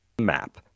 map